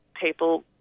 people